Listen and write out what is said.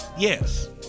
Yes